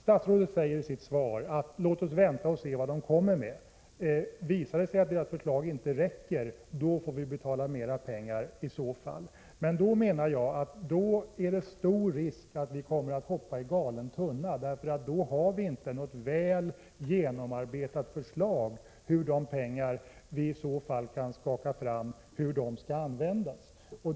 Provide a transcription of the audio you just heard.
Statsrådet säger i sitt svar: Låt oss vänta och se vilka förslag kommittén presenterar. Skulle det visa sig att kommitténs förslag inte räcker, får vi betala mera pengar. Men då finns det stor risk att man kommer att hoppa i galen tunna, därför att vi inte har ett väl genomarbetat förslag om hur de pengar vi i så fall kan skaka fram skall användas.